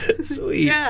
Sweet